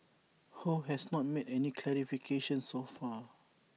ho has not made any clarifications so far